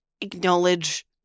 acknowledge